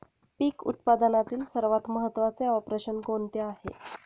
पीक उत्पादनातील सर्वात महत्त्वाचे ऑपरेशन कोणते आहे?